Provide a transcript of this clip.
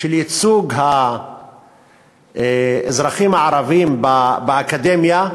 של ייצוג האזרחים הערבים באקדמיה,